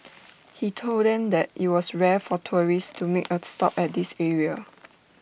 he told them that IT was rare for tourists to make A stop at this area